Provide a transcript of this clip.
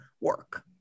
work